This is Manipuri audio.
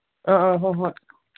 ꯑ ꯑ ꯍꯣꯏ ꯍꯣꯏ